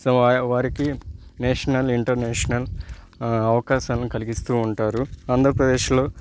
so వారికి national international అవకాశాలను కలిగిస్తు ఉంటారు ఆంధ్రప్రదేశ్లో